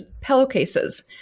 pillowcases